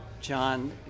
John